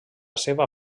seva